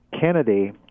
Kennedy